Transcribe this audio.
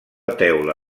teula